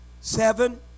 seven